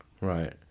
Right